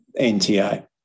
nta